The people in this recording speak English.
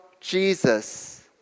Jesus